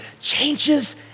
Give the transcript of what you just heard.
changes